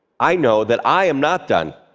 i know that i am not done.